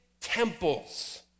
temples